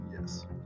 Yes